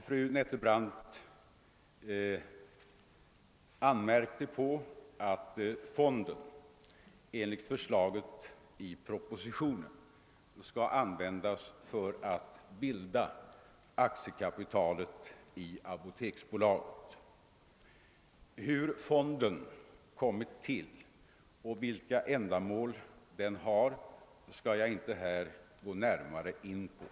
Fru Nettelbrandt anmärkte på att fonden enligt förslaget i propositionen skall användas för att bilda aktiekapitalet i apoteksbolaget. Hur fonden kommit till och vilka ändamål den har, skall jag här inte närmare gå in på.